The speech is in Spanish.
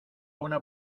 una